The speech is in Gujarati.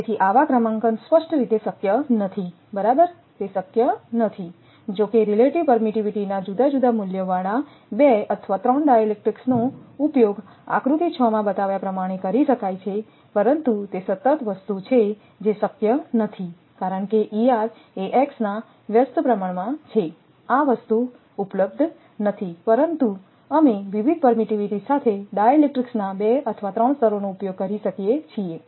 તેથી આવા ક્રમાંકન સ્પષ્ટ રીતે શક્ય નથી બરાબર તે શક્ય નથી જો કે રિલેટિવ પરમીટીવીટીના જુદા જુદા મૂલ્યોવાળા 2 અથવા 3 ડાઇલેક્ટ્રિક્સનો ઉપયોગ આકૃતિ 6 માં બતાવ્યા પ્રમાણે કરી શકાય છે પરંતુ તે સતત વસ્તુ છે જે શક્ય નથી કારણ કે એ x ના વ્યસ્ત પ્રમાણ માં છે આ વસ્તુ ઉપલબ્ધ નથી પરંતુ અમે વિવિધ પરમીટીવીટી સાથે ડાઇલેક્ટ્રિક્સના 2 અથવા 3 સ્તરોનો ઉપયોગ કરી શકીએ છીએ